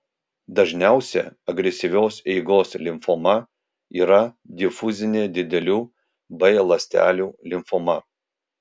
dažniausia agresyvios eigos limfoma yra difuzinė didelių b ląstelių limfoma